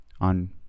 on